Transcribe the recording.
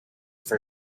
for